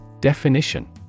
Definition